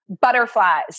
butterflies